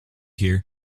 here